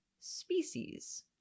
species